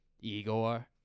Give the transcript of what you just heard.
igor